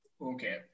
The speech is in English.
Okay